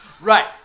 Right